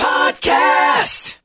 Podcast